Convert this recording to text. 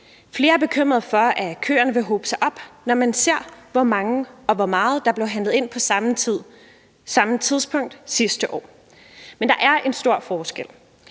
Flere er bekymrede for, at køerne vil blive lange, når man ser hvor mange og hvor meget der blev handlet ind på samme tidspunkt sidste år. Men der er en stor forskel.